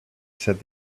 said